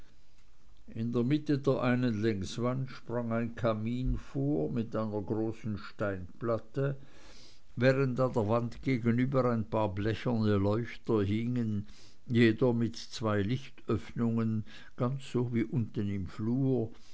in der mitte der einen längswand sprang ein kamin vor mit einer großen steinplatte während an der wand gegenüber ein paar blecherne leuchter hingen jeder mit zwei lichtöffnungen ganz so wie unten im flur